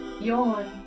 Yawn